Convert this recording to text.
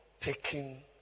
taking